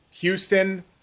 Houston